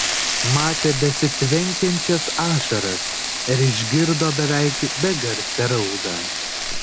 matė besitvenkiančias ašaras ir išgirdo beveik begarsę raudą